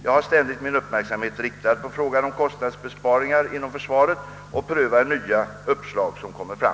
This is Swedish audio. Jag har ständigt min uppmärksamhet riktad på frågan om kostnadsbesparingar inom försvaret och prövar nya uppslag, som kommer fram.